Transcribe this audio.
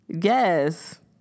yes